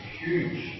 huge